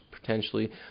potentially